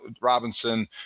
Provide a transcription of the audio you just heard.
Robinson